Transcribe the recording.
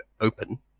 open